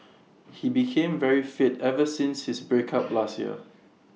he became very fit ever since his breakup last year